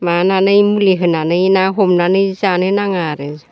मुलि होनानै ना हमनानै जानो नाङा आरो